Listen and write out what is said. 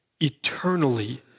eternally